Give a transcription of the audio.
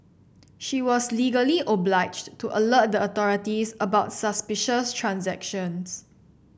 she was legally obliged to alert the authorities about suspicious transactions